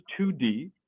2D